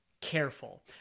careful